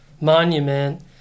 Monument